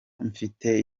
mfite